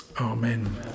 Amen